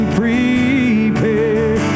prepare